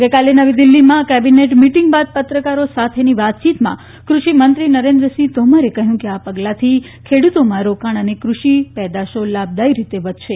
ગઈકાલે નવી દિલ્હીમાં કેબિનેટ મિટિંગ બાદ પત્રકારો સાથેની વાતયીતમાં કૃષિ મંત્રી નરેન્દ્રસિંહ તોમરે કહ્યું કે આ પગલાથી ખેડૂતોમાં રોકાણ અને કૃષિ પેદાશો લાભદાથી રીતે વધશે